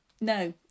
no